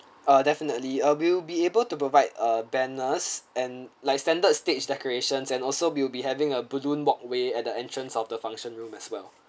ah definitely uh we will be able to provide uh banners and like standard stage decorations and also we will be having a balloon walkway at the entrance of the function room as well